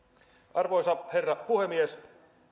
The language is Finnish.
arvoisa herra puhemies